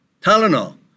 Tylenol